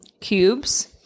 cubes